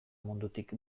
mundutik